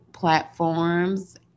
platforms